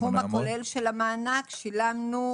הסכום הכולל של המענק שילמנו